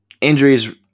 injuries